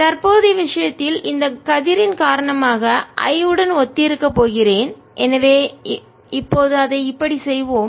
தற்போதைய விஷயத்தில் இந்த கதிரின் காரணமாக I உடன் ஒத்திருக்க போகிறேன் எனவே இப்போது அதை இப்படி செய்வோம்